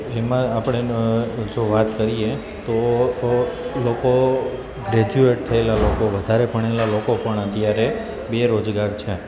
એમાં આપણે જો વાત કરીએ તો લોકો ગ્રેજુએટ થએલાં લોકો વધારે ભણેલાં લોકો પણ અત્યારે બેરોજગાર છે